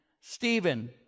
Stephen